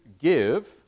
give